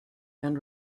and